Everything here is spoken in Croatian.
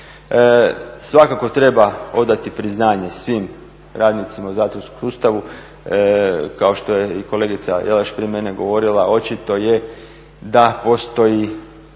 Svakako treba odati priznanje svim radnicima u zatvorskom sustavu, kao što je i kolegica Jelaš prije mene govorila očito je da postoji